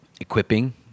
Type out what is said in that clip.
equipping